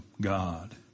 God